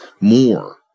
more